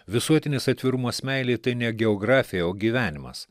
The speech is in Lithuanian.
visuotinis atvirumas meilei tai ne geografija o gyvenimas